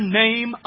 name